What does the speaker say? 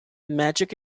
magic